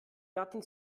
gatten